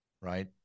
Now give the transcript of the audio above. right